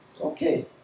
Okay